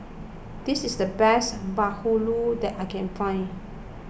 this is the best Bahulu that I can find